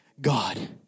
God